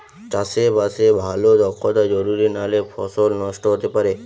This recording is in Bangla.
চাষে বাসে ভালো দক্ষতা জরুরি নালে ফসল নষ্ট হতে পারে